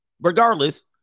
Regardless